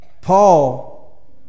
Paul